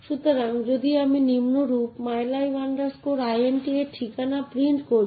তাই শুধুমাত্র যদি মালিক ফাইলের সঠিক মালিক হন তবেই এই নির্দিষ্ট কমান্ডটি সফল হবে